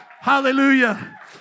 Hallelujah